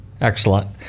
Excellent